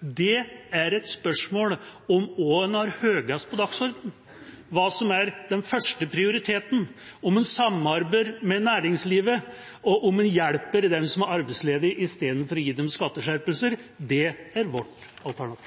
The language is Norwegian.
Det er et spørsmål om hva man har høyest på dagsordenen, hva som er den første prioriteten, om man samarbeider med næringslivet og om man hjelper dem som er arbeidsledige, istedenfor å gi dem skatteskjerpelser. Det er vårt